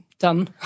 Done